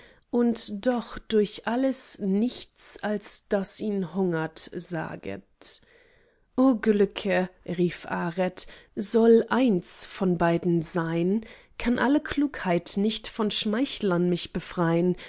und doch durch alles nichts als daß ihn hungert saget o glücke rief aret soll eins von beiden sein kann alle klugheit nicht von schmeichlern mich befrein